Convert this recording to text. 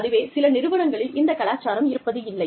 அதுவே சில நிறுவனங்களில் இந்த கலாச்சாரம் இருப்பதில்லை